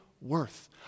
worth